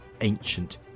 ancient